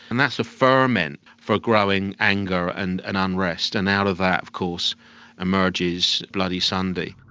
and that's a ferment for growing anger and and unrest, and out of that of course emerges bloody sunday.